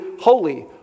holy